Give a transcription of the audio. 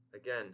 Again